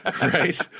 right